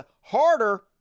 harder